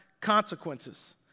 consequences